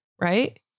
Right